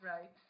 right